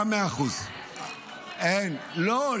היה 70% 30%. היה 100%. לא.